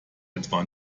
etwa